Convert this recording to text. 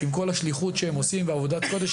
שעם כל השליחות שהם עושים ועבודת כסף,